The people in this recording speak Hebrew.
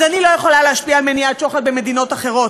אז אני לא יכולה להשפיע על מניעת שוחד במדינות אחרות,